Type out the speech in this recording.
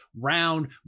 round